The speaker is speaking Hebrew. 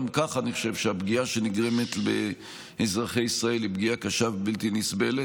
אני חושב שגם כך הפגיעה שנגרמת לאזרחי ישראל היא פגיעה קשה ובלתי נסבלת.